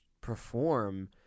perform